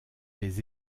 des